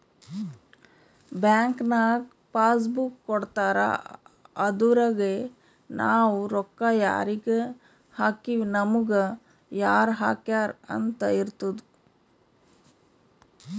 bank ನಾಗ್ passbook ಕೊಡ್ತಾರ ಅದುರಗೆ ನಾವ್ ರೊಕ್ಕಾ ಯಾರಿಗ ಹಾಕಿವ್ ನಮುಗ ಯಾರ್ ಹಾಕ್ಯಾರ್ ಅಂತ್ ಇರ್ತುದ್